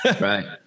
Right